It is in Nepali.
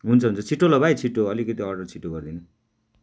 हुन्छ हुन्छ छिटो ल भाइ छिटो अलिकति अर्डर छिटो गरिदिनु